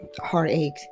heartache